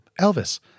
Elvis